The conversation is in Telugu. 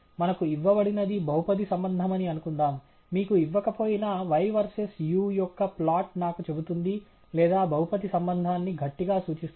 మనకు ఇవ్వబడినది బహుపది సంబంధమని అనుకుందాం మీకు ఇవ్వకపోయినా y వర్సెస్ u యొక్క ప్లాట్ నాకు చెబుతుంది లేదా బహుపది సంబంధాన్ని గట్టిగా సూచిస్తుంది